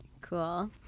cool